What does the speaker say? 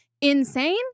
insane